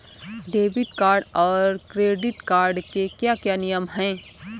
Debit card और credit card के क्या क्या नियम हैं?